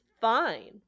fine